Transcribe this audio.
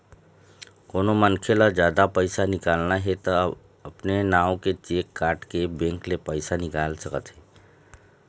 कोनो मनखे ल जादा पइसा निकालना हे त अपने नांव के चेक काटके बेंक ले पइसा निकाल सकत हे